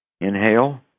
Inhale